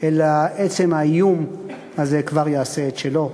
אלא עצם האיום הזה כבר יעשה את שלו.